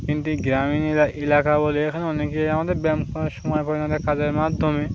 কিন্তু এই গ্রামীণ এলাকা বলে এখানে অনেকে আমাদের ব্যায়াম করার সময় পাওয়া যায় না কাজের মাধ্যমে